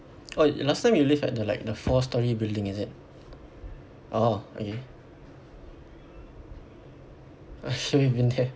oh last time you live at the like the four storey building is it orh okay I actually been there